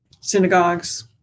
synagogues